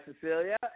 Cecilia